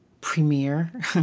premiere